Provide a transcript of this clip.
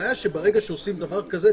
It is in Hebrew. הבעיה שברגע שעושים דבר כזה,